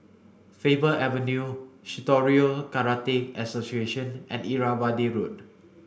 Faber Avenue Shitoryu Karate Association and Irrawaddy Road